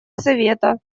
совета